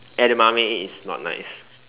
Edamame is not nice